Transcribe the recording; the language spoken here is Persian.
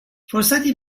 فرصتی